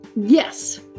yes